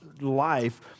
life